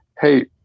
Hey